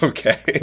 Okay